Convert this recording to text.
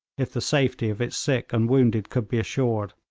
if the safety of its sick and wounded could be assured.